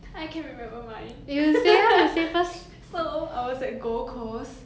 I can remember mine so I was at gold coast